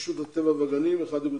רשות הטבע והגנים 1.94%,